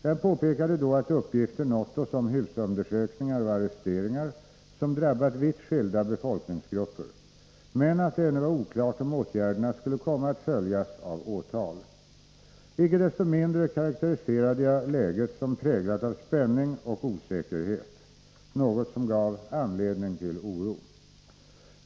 Jag påpekade då att uppgifter nått oss om husundersökningar och arresteringar som drabbat vitt skilda befolkningsgrupper men att det ännu var oklart om åtgärderna skulle komma att följas av åtal. Icke desto mindre karakteriserade jag läget som präglat av spänning och osäkerhet, något som gav anledning till oro.